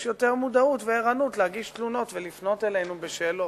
יש יותר מודעות וערנות להגיש תלונות ולפנות אלינו בשאלות.